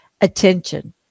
attention